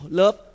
love